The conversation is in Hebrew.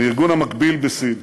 מהארגון המקביל בסין.